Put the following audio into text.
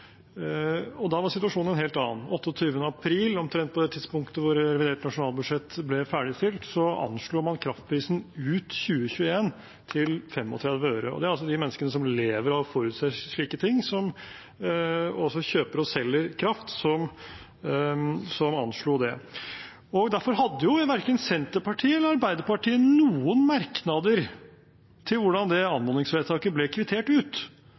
og da var situasjonen en helt annen. Den 28. april, omtrent på det tidspunktet revidert nasjonalbudsjett ble ferdigstilt, anslo man kraftprisen ut 2021 til 35 øre, og det er altså de menneskene som lever av å forutse slike ting, og som kjøper og selger kraft, som anslo det. Derfor hadde jo verken Senterpartiet eller Arbeiderpartiet noen merknader til hvordan det anmodningsvedtaket ble kvittert ut.